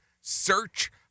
search